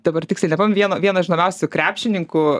dabar tiksliai nepame vieno vieno žinomiausių krepšininkų